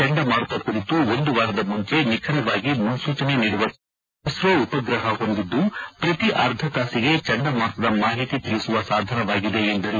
ಚಂಡಮಾರುತ ಕುರಿತು ಒಂದು ವಾರದ ಮುಂಚೆ ನಿಖರವಾಗಿ ಮುನ್ನೂಚನೆ ನೀಡುವ ಸಾಮಾರ್ಥ್ಯವನ್ನು ಇಸ್ತೋ ಉಪಗ್ರಹ ಹೊಂದಿದ್ದು ಪ್ರತಿ ಅರ್ಧತಾಸಿಗೆ ಚಂಡಮಾರುತದ ಮಾಹಿತಿ ತಿಳಿಸುವ ಸಾಧನವಾಗಿದೆ ಎಂದರು